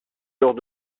lors